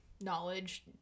knowledge